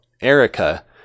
Erica